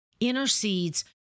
intercedes